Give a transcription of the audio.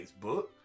Facebook